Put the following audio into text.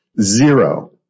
Zero